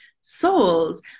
souls